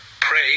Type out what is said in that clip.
Pray